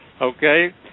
okay